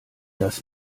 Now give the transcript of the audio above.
das